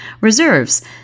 reserves